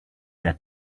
that